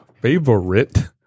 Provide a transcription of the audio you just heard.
Favorite